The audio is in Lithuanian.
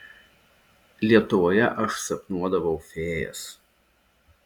lietuvoje aš sapnuodavau fėjas